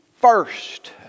first